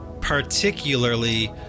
particularly